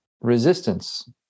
resistance